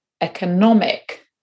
economic